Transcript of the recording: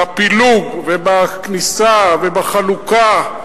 בפילוג, בכניסה ובחלוקה.